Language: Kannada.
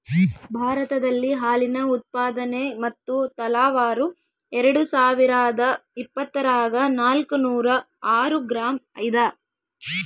ಭಾರತದಲ್ಲಿ ಹಾಲಿನ ಉತ್ಪಾದನೆ ಮತ್ತು ತಲಾವಾರು ಎರೆಡುಸಾವಿರಾದ ಇಪ್ಪತ್ತರಾಗ ನಾಲ್ಕುನೂರ ಆರು ಗ್ರಾಂ ಇದ